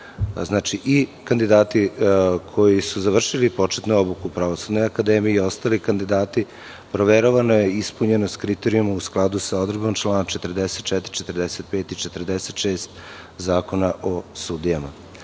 znači i kandidati koji su završili početnu obuku Pravosudne akademije i ostali kandidati proveravana je ispunjenost kriterijuma u skladu sa odredbom člana 44, 45. i 46. Zakona o sudijama.